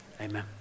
Amen